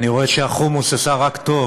אני רואה שהחומוס עשה רק טוב.